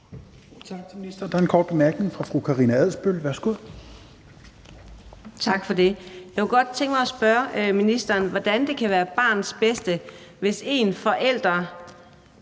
Tak for det. Jeg kunne godt tænke mig at spørge ministeren, hvordan det kan være til barnets bedste, hvis en forælder